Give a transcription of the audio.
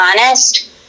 honest